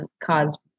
caused